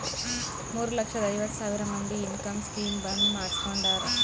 ಮೂರ ಲಕ್ಷದ ಐವತ್ ಸಾವಿರ ಮಂದಿ ಇನ್ಕಮ್ ಸ್ಕೀಮ್ ಬಂದ್ ಮಾಡುಸ್ಕೊಂಡಾರ್